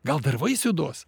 gal dar vaisių duos